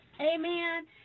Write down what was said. Amen